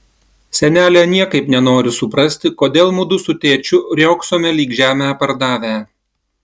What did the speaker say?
senelė niekaip nenori suprasti kodėl mudu su tėčiu riogsome lyg žemę pardavę